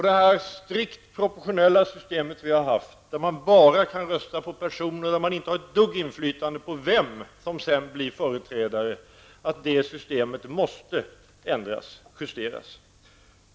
Det strikt proportionella system som vi har, där man bara kan rösta på partier och inte har ett dugg inflytande på vem som blir ens företrädare, måste justeras.